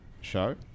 show